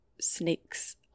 snakes